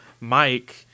Mike